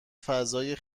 فضای